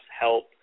help